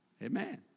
Amen